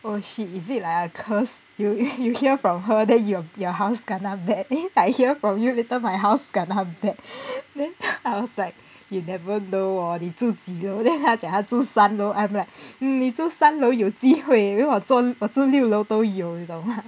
oh shit is it like a curse you you hear from her then you have your house kena bat then I hear from you later my house kena bat then was like you'd never know 你住几楼 then 他讲他住三楼 I'm like hmm 你住三楼有机会因为我住我住六楼都有你懂吗